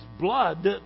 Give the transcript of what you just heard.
blood